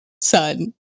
son